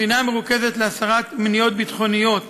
בחינה מרוכזת להסרת מניעות ביטחוניות